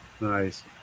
Nice